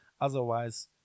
Otherwise